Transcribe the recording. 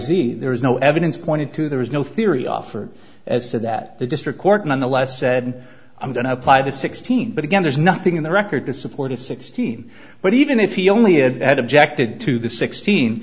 z there is no evidence pointed to there is no theory offered as to that the district court nonetheless said i'm going to apply the sixteen but again there's nothing in the record to support a sixteen but even if he only had objected to the sixteen